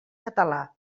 català